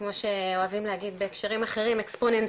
כמו שאוהבים להגיד בהקשרים אחרים,